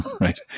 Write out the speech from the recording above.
right